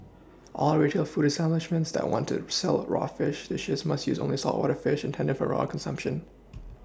all retail food establishments that want to sell raw fish dishes must use only saltwater fish intended for raw consumption